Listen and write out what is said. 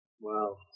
Wow